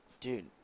Dude